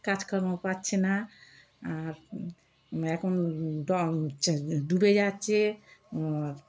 কাজকর্মও পাচ্ছে না আর এখন ড ডুবে যাচ্ছে